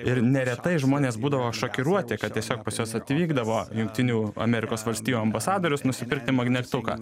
ir neretai žmonės būdavo šokiruoti kad tiesiog pas juos atvykdavo jungtinių amerikos valstijų ambasadorius nusipirkti magnetuką